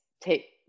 take